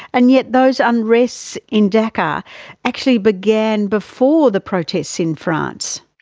and yet those unrests in dakar actually began before the protests in france.